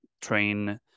train